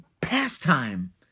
pastime